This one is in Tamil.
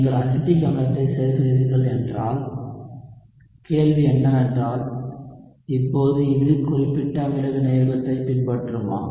நீங்கள் அசிட்டிக் அமிலத்தைச் சேர்க்கிறீர்கள் என்றால் கேள்வி என்னவென்றால் இப்போது இது குறிப்பிட்ட அமில வினையூக்கத்தைப் பின்பற்றுமா